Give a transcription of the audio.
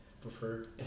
prefer